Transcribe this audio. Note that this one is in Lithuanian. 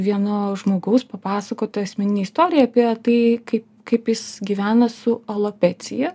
vieno žmogaus papasakota asmeninę istoriją apie tai kaip kaip jis gyvena su alopecija